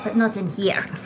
but not in here.